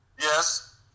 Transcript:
Yes